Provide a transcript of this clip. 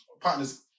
partners